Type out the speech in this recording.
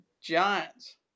giants